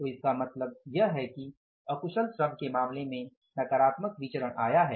तो इसका मतलब यह है कि अकुशल श्रम के मामले में नकारात्मक विचरण आया है